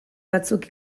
batzuk